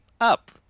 Up